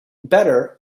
better